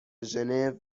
ژنو